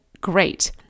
great